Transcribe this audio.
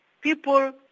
people